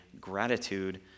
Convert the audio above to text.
gratitude